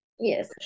Yes